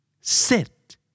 Sit